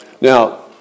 Now